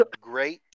great